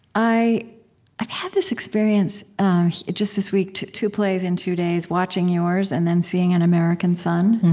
i had this experience just this week, two two plays in two days, watching yours and then seeing an american son,